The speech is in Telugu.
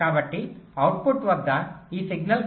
కాబట్టి అవుట్పుట్ వద్ద ఈ సిగ్నల్ 5